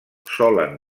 solen